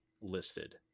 listed